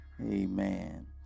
Amen